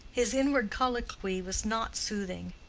his inward colloquy was not soothing.